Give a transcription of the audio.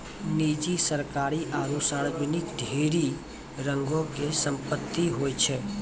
निजी, सरकारी आरु समाजिक ढेरी रंगो के संपत्ति होय छै